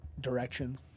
Direction